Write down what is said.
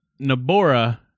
Nabora